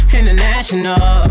International